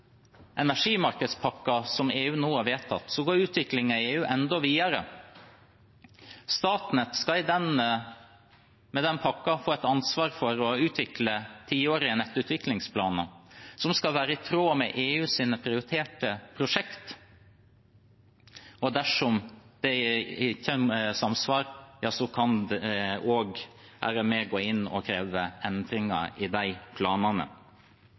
som EU nå har vedtatt, går utviklingen i EU enda videre. Statnett skal med den pakken få et ansvar for å utvikle tiårige nettutviklingsplaner som skal være i tråd med EUs prioriterte prosjekt. Dersom det ikke er samsvar, kan de gå inn og kreve endringer i planene.